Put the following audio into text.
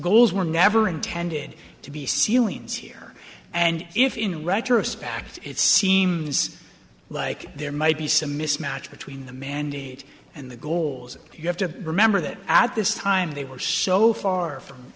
goals were never intended to be ceilings here and if in retrospect it seems like there might be some mismatch between the mandate and the goals you have to remember that at this time they were so far from